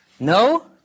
No